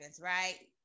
right